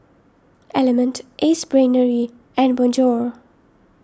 Element Ace Brainery and Bonjour